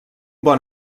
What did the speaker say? bon